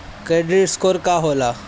Credit score का होला?